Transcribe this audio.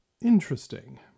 interesting